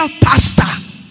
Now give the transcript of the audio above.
pastor